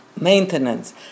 maintenance